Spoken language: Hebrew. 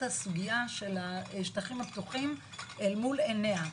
הסוגיה של השטחים הפתוחים אל מול ענייה.